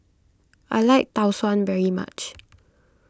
I like Tau Suan very much